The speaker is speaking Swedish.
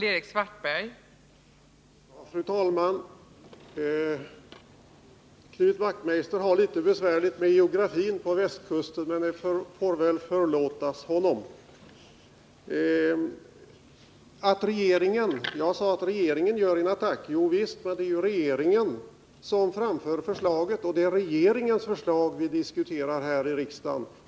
Fru talman! Knut Wachtmeister har det visst litet besvärligt med kunskaperna i västkustens geografi, men det får väl förlåtas honom. Jag sade att regeringen gör en attack. Jo visst — det är ju regeringen som framför förslaget och det är regeringens förslag som vi diskuterar här i riksdagen.